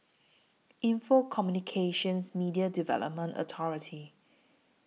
Info Communications Media Development Authority